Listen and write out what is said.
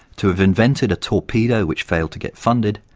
to have invented a torpedo which failed to get funded,